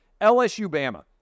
LSU-Bama